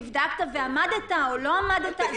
נבדקת ועמדת או לא עמדת,